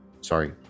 Sorry